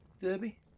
Derby